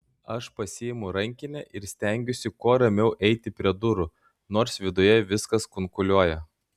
aš pasiimu rankinę ir stengiuosi kuo ramiau eiti prie durų nors viduje viskas kunkuliuoja